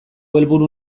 helburu